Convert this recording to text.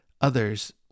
others